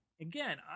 Again